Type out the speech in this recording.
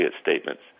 statements